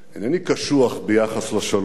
אינני קשוח ביחס לשלום.